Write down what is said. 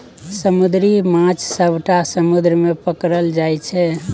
समुद्री माछ सबटा समुद्र मे पकरल जाइ छै